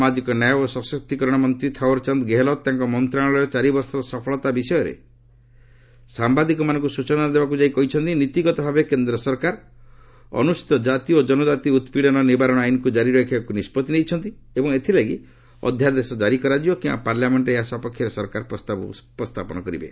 ସାମାଜିକ ନ୍ୟାୟ ଓ ସଶକ୍ତିକରଣ ମନ୍ତ୍ରୀ ଥଓ୍ୱରଚନ୍ଦ ଗେହେଲଟ୍ ତାଙ୍କ ମନ୍ତ୍ରଣାଳୟର ଚାରିବର୍ଷର ସଫଳତା ବିଷୟରେ ସାୟାଦିକମାନଙ୍କୁ ସୂଚନା ଦେବାକୁ ଯାଇ କହିଛନ୍ତି ନୀତିଗତ ଭାବେ କେନ୍ଦ୍ର ସରକାର ଅନୁସ୍ଚୀତ ଜାତି ଓ ଜନକାତି ଉତ୍ପିଡ଼ନ ନିବାରଣ ଆଇନ୍କୁ ଜାରି ରଖିବାକୁ ନିଷ୍ପଭି ନେଇଛନ୍ତି ଏବଂ ଏଥିଲାଗି ଅଧ୍ୟାଦେଶ ଜାରି କରାଯିବ କିମ୍ବା ପାର୍ଲାମେଙ୍କରେ ଏହା ସପକ୍ଷରେ ସରକାର ପ୍ରସ୍ତାବ ଉପସ୍ଥାପନ କରିବେ